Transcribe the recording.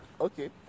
Okay